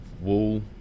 wool